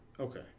Okay